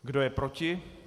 Kdo je proti?